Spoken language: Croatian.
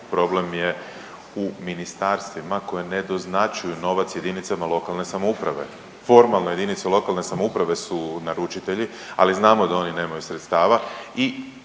problem je u ministarstvima koji ne doznačuju novac jedinicama lokalne samouprave. Formalno jedinice lokalne samouprave su naručitelji, ali znamo da oni nemaju sredstava